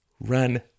Run